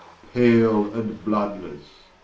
pale, and bloodlesse,